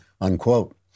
unquote